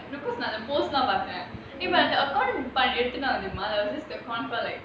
oh really that's why it's like post லாம் பார்த்தேன்:laam parthaen